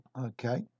okay